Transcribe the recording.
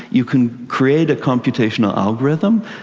you can create a computational algorithm,